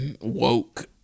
woke